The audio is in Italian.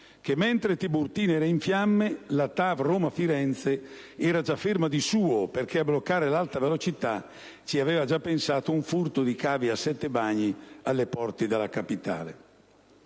mentre Tiburtina era in fiamme, la TAV Roma-Firenze era già ferma di suo, perché a bloccare l'alta velocità ci aveva già pensato un furto di cavi a Settebagni, alle porte della capitale.